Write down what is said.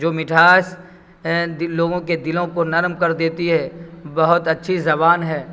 جو مٹھاس لوگوں کے دلوں کو نرم کر دیتی ہے بہت اچھی زبان ہے